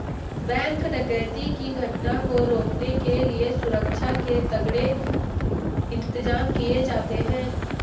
bank डकैती की घटना को रोकने के लिए सुरक्षा के तगड़े इंतजाम किए जाते हैं